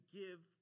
give